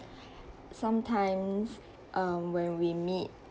sometimes um when we meet